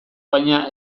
baina